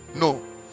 No